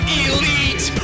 elite